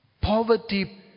poverty